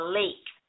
lake